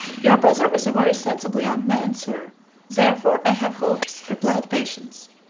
your brother is a very sensible young man, sir therefore, i have hopes, replied patience.